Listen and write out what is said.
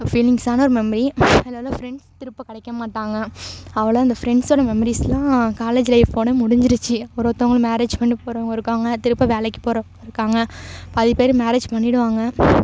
ஃபீலிங்ஸான ஒரு மெமரி அதில் உள்ள ஃப்ரெண்ட்ஸ் திருப்ப கிடைக்கமாட்டாங்க அவ்வளோ அந்த ப்ரெண்ட்ஸோட மெமரிஸ்லாம் காலேஜ் லைஃப்போட முடிஞ்சுடுச்சி ஒரு ஒருத்தங்களுக்கு மேரேஜ் பண்ணப் போகிறவங்க இருக்காங்க திரும்ப வேலைக்கு போகிறவங்க இருக்காங்க பாதி பேர் மேரேஜ் பண்ணிடுவாங்க